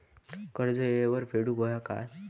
कर्ज येळेवर फेडूक होया काय?